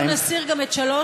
אנחנו נסיר גם את 3,